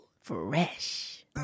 Fresh